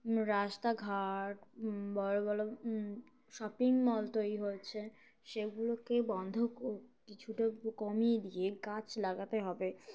রাস্তাঘাট বড়ো বড়ো শপিং মল তৈরি হচ্ছে সেগুলোকে বন্ধ কিছুটা কমিয়ে দিয়ে গাছ লাগাতে হবে